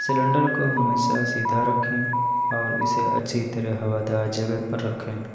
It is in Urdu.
سیلنڈر کو ہمیشہ سیدھا رکھیں اور اسے اچھی طرح ہوا دار جگہ پر رکھیں